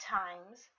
times